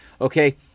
okay